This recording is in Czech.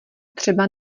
třeba